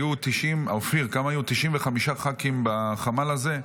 היו 90, אופיר, כמה היו, 95 ח"כים בחמ"ל הזה,